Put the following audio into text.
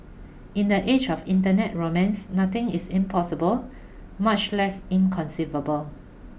in the age of internet romance nothing is impossible much less inconceivable